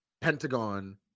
Pentagon